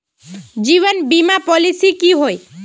जीवन बीमा पॉलिसी की होय?